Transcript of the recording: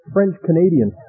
French-Canadian